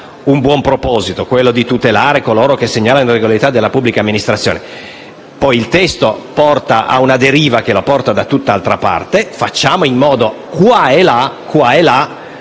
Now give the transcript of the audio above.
un buon proposito, quello di tutelare quanti segnalano irregolarità della pubblica amministrazione ma poi il testo porta a una deriva che lo conduce da tutt'altra parte; facciamo in modo qua e là di